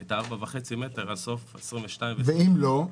את ה-4.5 מטרים עד סוף 22'. ואם לא?